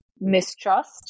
mistrust